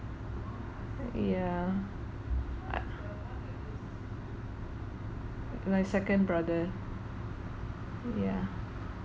yeah I my second brother yeah